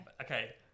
Okay